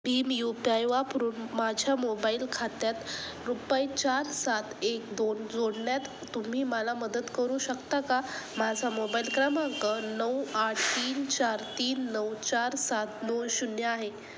Bhim U P I वापरून माझ्या mobile खात्यात रुपये चार सात एक दोन जोडण्यात तुम्ही मला मदत करू शकता का माझा मोबाईल क्रमांक नऊ आठ तीन चार तीन नऊ चार सात नऊ शून्य आहे